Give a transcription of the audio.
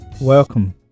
Welcome